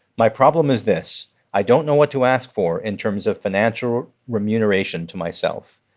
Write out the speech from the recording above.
my problem is this i don't know what to ask for in terms of financial remuneration to myself.